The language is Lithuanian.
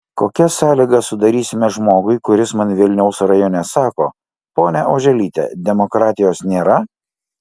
kokias sąlygas sudarysime žmogui kuris man vilniaus rajone sako ponia oželyte demokratijos nėra